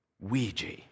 Ouija